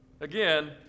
Again